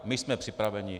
My jsme připraveni.